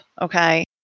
okay